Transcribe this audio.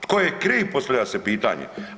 Tko je kriv postavlja se pitanje?